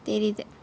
தெரிது:therithu